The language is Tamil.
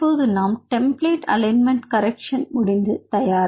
இப்போது நாம் டெம்ப்ளேட் அலைன்மெண்ட் கரக்ஷன் முடிந்து தயார்